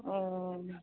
ओ